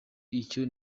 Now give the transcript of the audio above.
icyo